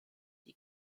die